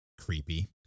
creepy